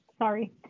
sorry